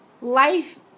life